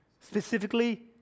specifically